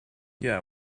yeah